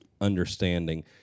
understanding